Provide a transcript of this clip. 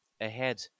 ahead